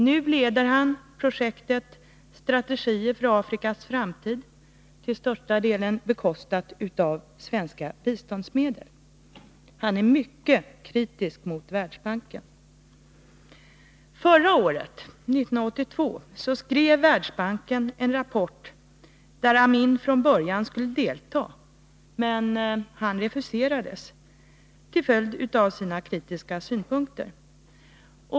Nu leder han projektet Strategier för Afrikas framtid, till största delen bekostat av svenska biståndsmedel. Han är mycket kritisk mot Världsbanken. Förra året, 1982, skrev Världsbanken en rapport där Amin från början skulle delta, men han refuserades till följd av sina kritiska synpunkter.